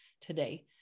today